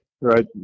right